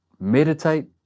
meditate